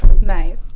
Nice